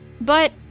But